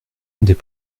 des